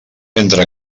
entre